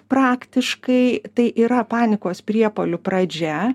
praktiškai tai yra panikos priepuolių pradžia